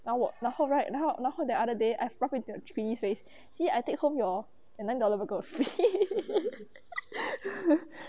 那我然后 right now how the other day I rubbed into zhi yu face see I take home your nine dollar burger for free